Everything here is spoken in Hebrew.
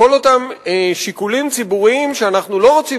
כל אותם שיקולים ציבוריים שאנחנו לא רוצים